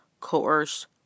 coerce